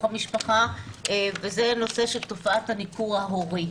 המשפחה וזה נושא של תופעת הניכור ההורי,